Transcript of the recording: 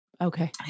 Okay